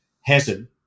hazard